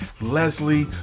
leslie